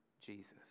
Jesus